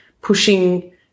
pushing